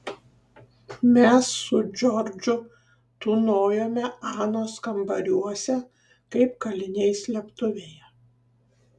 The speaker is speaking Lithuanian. mes su džordžu tūnojome anos kambariuose kaip kaliniai slėptuvėje